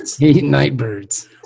Nightbirds